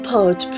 Pod